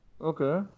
Okay